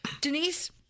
Denise